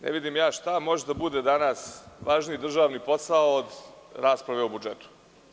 Ne vidim šta može da bude danas važniji državni posao od rasprave o budžetu.